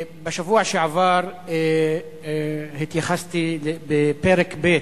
בשבוע שעבר התייחסתי בפרק ב'